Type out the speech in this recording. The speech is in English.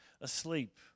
asleep